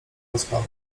rozpada